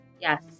Yes